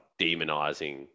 demonizing